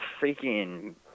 freaking